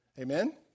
Amen